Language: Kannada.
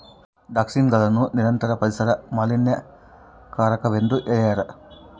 ಡಯಾಕ್ಸಿನ್ಗಳನ್ನು ನಿರಂತರ ಪರಿಸರ ಮಾಲಿನ್ಯಕಾರಕವೆಂದು ಹೇಳ್ಯಾರ